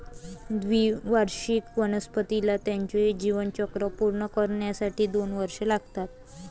द्विवार्षिक वनस्पतीला त्याचे जीवनचक्र पूर्ण करण्यासाठी दोन वर्षे लागतात